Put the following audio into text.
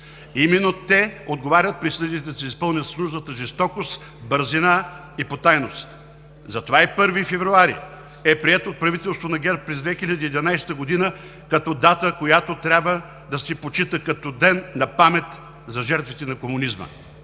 Именно те отговарят присъдите да се изпълнят с нужната жестокост, бързина и потайност. Затова и 1 февруари е приет от правителството на ГЕРБ през 2011 г. като дата, която трябва да се почита като ден на памет за жертвите на комунизма.